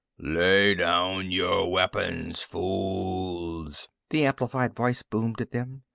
lay down your weapons, fools! the amplified voice boomed at them.